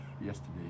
yesterday